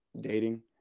dating